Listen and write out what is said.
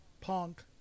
punk